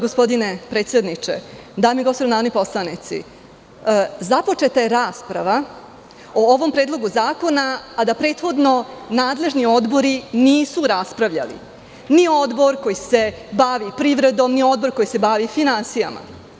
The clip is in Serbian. Gospodine predsedniče, dame i gospodo narodni poslanici, započeta je rasprava o ovom predlogu zakona, a da prethodno nadležni odbori nisu raspravljali, ni Odbor koji se bavi privredom, ni Odbor koji se bavi finansijama.